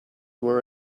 were